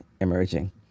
emerging